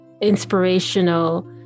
inspirational